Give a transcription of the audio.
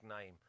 name